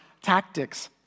tactics